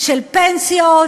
של פנסיות,